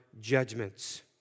judgments